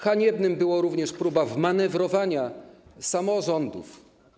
Haniebna była również próba wmanewrowania samorządów.